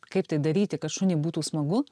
kaip tai daryti kad šuniui būtų smagu